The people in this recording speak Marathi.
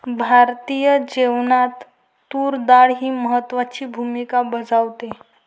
भारतीय जेवणात तूर डाळ ही महत्त्वाची भूमिका बजावते